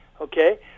okay